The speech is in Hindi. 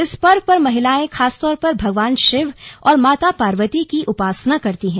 इस पर्व पर महिलाएं खासतौर पर भगवान शिव और माता पार्वती की उपासना करती हैं